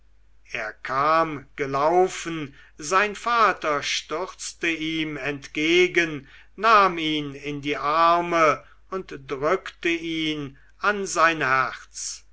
er kam gelaufen sein vater stürzte ihm entgegen nahm ihn in die arme und drückte ihn an sein herz